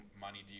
money